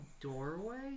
Doorway